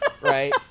right